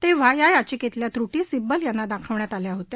तेव्हा या याचिकेतल्या त्रुटी सिब्बल यांना दाखवण्यात आल्या होत्या